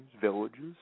villages